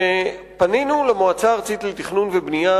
ופנינו אל המועצה הארצית לתכנון ובנייה